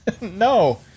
No